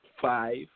five